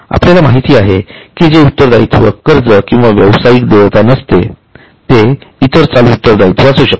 आपल्याला माहिती आहे की जे उत्तरदायित्व कर्ज किंवा व्यावसायिक देयता नसते ते इतर चालू उत्तरदायित्व असू शकते